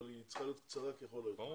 אבל היא צריכה להיות קצרה ככל הניתן.